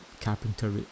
Carpenter